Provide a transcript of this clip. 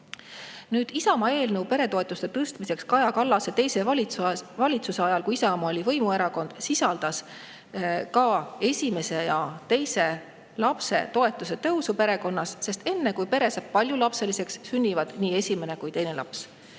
Nüüd, Isamaa eelnõu peretoetuste tõstmiseks Kaja Kallase teise valitsuse ajal, kui ka Isamaa oli võimuerakond, sisaldas ka esimese ja teise lapse toetuse tõusu, sest enne, kui pere saab paljulapseliseks, sünnivad nii esimene kui ka teine laps.